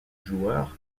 joueur